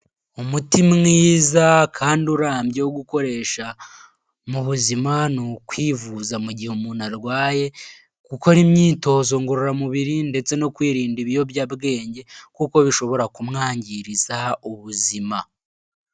Umuti mwiza kandi urambye wo gukoresha mu buzima, ni ukwivuza mu gihe umuntu arwaye, gukora imyitozo ngororamubiri, ndetse no kwirinda ibiyobyabwenge kuko bishobora kumwangiriza ubuzima.